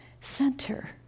center